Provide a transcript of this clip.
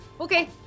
okay